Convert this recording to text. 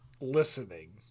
listening